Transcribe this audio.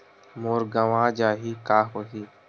मोर गंवा जाहि का होही?